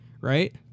right